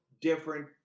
different